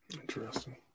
Interesting